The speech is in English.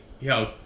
yo